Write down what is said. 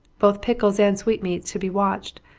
both pickles and sweetmeats should be watched,